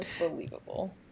unbelievable